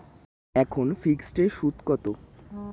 এখন ফিকসড এর সুদ কত?